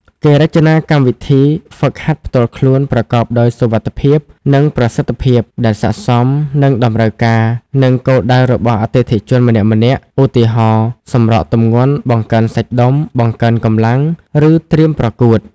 គេរចនាកម្មវិធីហ្វឹកហាត់ផ្ទាល់ខ្លួនប្រកបដោយសុវត្ថិភាព និងប្រសិទ្ធភាព ដែលស័ក្តិសមនឹងតម្រូវការ និងគោលដៅរបស់អតិថិជនម្នាក់ៗ ឧទាហរណ៍៖ សម្រកទម្ងន់ បង្កើនសាច់ដុំ បង្កើនកម្លាំង ឬត្រៀមប្រកួត។